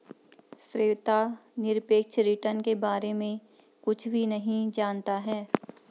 श्वेता निरपेक्ष रिटर्न के बारे में कुछ भी नहीं जनता है